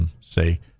say